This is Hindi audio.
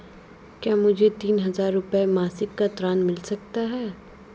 क्या मुझे तीन हज़ार रूपये मासिक का ऋण मिल सकता है?